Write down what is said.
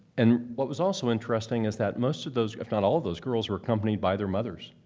and what was also interesting is that most of those, if not all of those girls, were accompanied by their mothers.